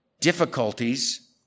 difficulties